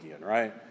right